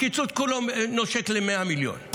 הקיצוץ כולו נושק ל-100 מיליון,